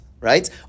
right